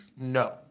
No